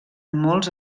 molts